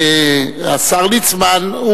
השר ליצמן,